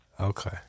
Okay